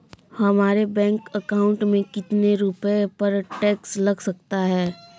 हमारे bank account में कितने रुपये पर टैक्स लग सकता है?